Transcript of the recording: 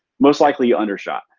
most likely you undershot.